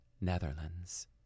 Netherlands